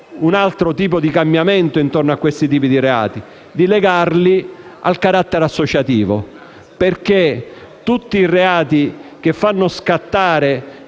un altro tipo di cambiamento intorno a questi tipi di reato, cioè di legarli al carattere associativo, perché tutti i reati che fanno scattare